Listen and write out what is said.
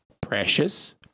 precious